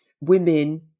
women